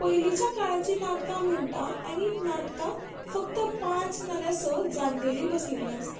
पयलींच्या काळाची नाटकां म्हणटा आनी नाटकाक फक्त पांच नाल्या स जाणटेली बसलेलीं आसता